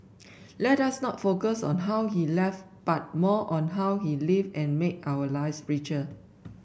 let us not focus on how he left but more on how he lived and made our lives richer